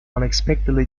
unexpectedly